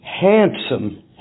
handsome